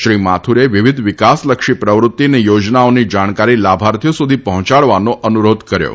શ્રી માથુરે વિવિધ વિકાસ લક્ષી પ્રવૃત્તિ અને યોજનાઓની જાણકારી લાભાર્થીઓ સુધી પહોંચાડવાનો અનુરોધ કર્યો હતો